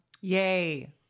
Yay